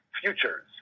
futures